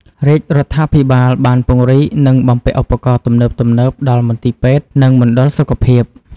រាជរដ្ឋាភិបាលបានពង្រីកនិងបំពាក់ឧបករណ៍ទំនើបៗដល់មន្ទីរពេទ្យនិងមណ្ឌលសុខភាព។